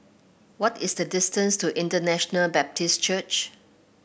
what is the distance to International Baptist Church